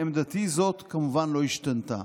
עמדתי זאת, כמובן, לא השתנתה.